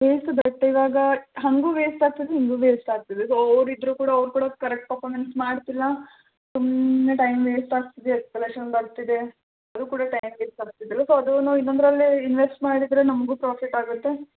waste but ಇವಾಗ ಹಾಗೂ ವೇಸ್ಟಾಗ್ತದೆ ಹೀಗೂ ವೇಸ್ಟಾಗ್ತದೆ ಸೊ ಅವ್ರು ಇದ್ದರೂ ಕೂಡ ಅವ್ರು ಕೂಡ ಕರೆಕ್ಟ್ ಪರ್ಫಾರ್ಮೆನ್ಸ್ ಮಾಡ್ತಿಲ್ಲ ಸುಮ್ಮನೆ ಟೈಮ್ ವೇಸ್ಟಾಗ್ತಿದೆ ಎಸ್ಕಲೇಷನ್ ಬರ್ತಿದೆ ಅದು ಕೂಡ ಟೈಮ್ ವೇಸ್ಟಾಗ್ತಿದೆ ಸೊ ಅದು ಇನ್ನೊಂದರಲ್ಲಿ ಇನ್ವೆಸ್ಟ್ ಮಾಡಿದರೆ ನಮಗೂ ಪ್ರಾಫಿಟಾಗುತ್ತೆ